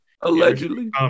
Allegedly